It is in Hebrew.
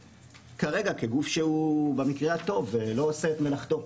כרגע כגוף שהוא במקרה הטוב לא עושה את מלאכתו.